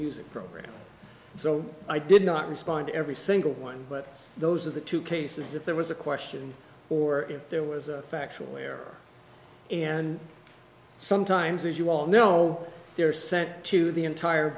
music program so i did not respond to every single one but those of the two cases if there was a question or if there was a factual error and sometimes as you all know they are sent to the entire